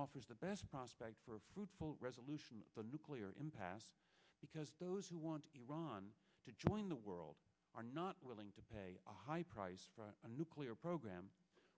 offers the best prospect for a fruitful resolution to the nuclear impasse because those who want iran to join the world are not willing to pay a high price for a nuclear program